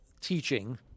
teaching